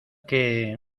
qué